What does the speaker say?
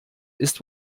ist